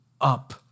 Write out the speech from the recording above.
up